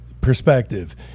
perspective